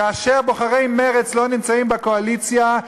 כאשר בוחרי מרצ לא נמצאים בקואליציה,